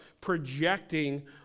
projecting